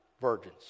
virgins